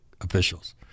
officials